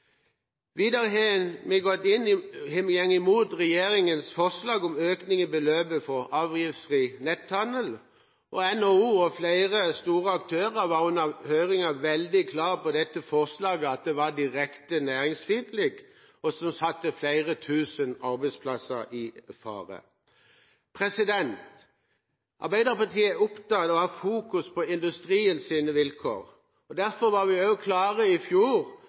Videre har vi gått imot regjeringens forslag om økning i beløpet for avgiftsfri netthandel. NHO og flere andre store aktører var under høringen veldig klare på at dette forslaget var direkte næringsfiendtlig, og ville sette flere tusen arbeidsplasser i fare. Arbeiderpartiet er opptatt av å fokusere på industriens vilkår. Derfor var vi i budsjettet i fjor